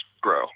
grow